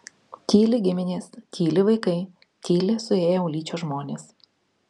tyli giminės tyli vaikai tyli suėję ulyčios žmonės